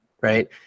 right